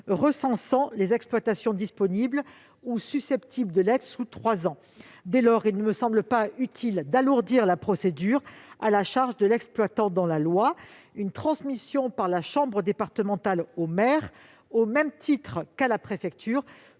recensant les exploitations disponibles ou susceptibles de l'être sous trois ans. Dès lors, il ne me semble pas utile d'alourdir la procédure à la charge de l'exploitant dans la loi. Une transmission par la chambre départementale au maire, au même titre qu'à la préfecture,